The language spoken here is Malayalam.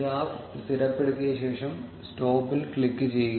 ഗ്രാഫ് സ്ഥിരപ്പെടുത്തിയ ശേഷം സ്റ്റോപ്പിൽ ക്ലിക്ക് ചെയ്യുക